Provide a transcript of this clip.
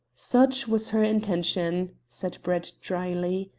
such was her intention, said brett, dryly.